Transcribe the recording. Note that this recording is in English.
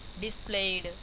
displayed